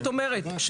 זאת אומרת,